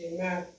Amen